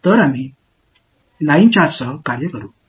எனவே நாம் ஒரு லைன் சார்ஜ் ஐ கையாள்வோம்